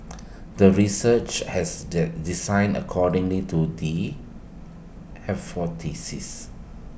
the research has that designed according to the hypothesis